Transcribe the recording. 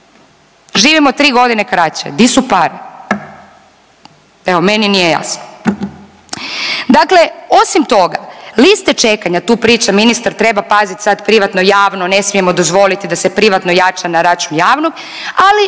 Živimo 3 godine kraće. Di su pare? Evo, meni nije jasno. Dakle, osim toga liste čekanja tu priča ministar treba paziti sad privatno, javno, ne smijemo dozvoliti da se privatno jača na račun javnog, ali